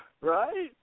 Right